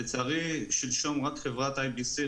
לצערי שלשום רק חברת IBC,